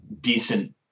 decent